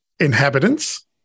inhabitants